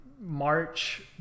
March